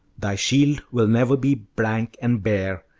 thy shield will never be blank and bare.